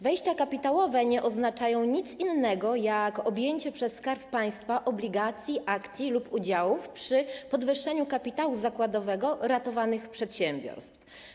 Wejścia kapitałowe nie oznaczają nic innego jak objęcie przez Skarb Państwa obligacji, akcji lub udziałów przy podwyższeniu kapitału zakładowego ratowanych przedsiębiorstw.